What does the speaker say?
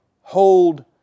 Hold